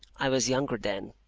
i was younger then,